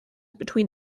between